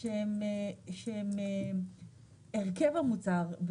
שהם הרכב המוצר.